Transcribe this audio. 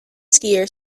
skier